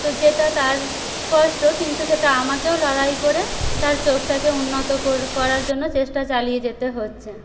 তো যেটা তার কষ্ট কিন্তু আমাকেও লড়াই করে তার চোখটাকে উন্নত কর করার জন্য চেষ্টা চালিয়ে যেতে হচ্ছে